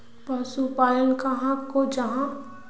पशुपालन कहाक को जाहा?